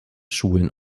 schulen